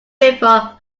river